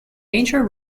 major